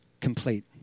complete